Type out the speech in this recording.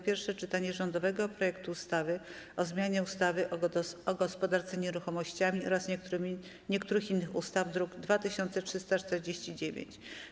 Pierwsze czytanie rządowego projektu ustawy o zmianie ustawy o gospodarce nieruchomościami oraz niektórych innych ustaw (druk nr 2349)